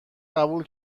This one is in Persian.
قبول